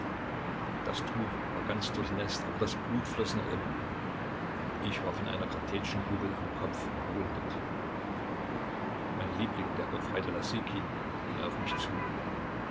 das tuch war ganz durchnäßt aber das blut floß noch immer ich war von einer kartätschenkugel am kopf verwundet mein liebling der gefreite lasykin ging auf mich zu